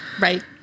right